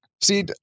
See